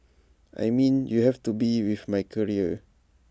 I mean you have to be with my career